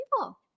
people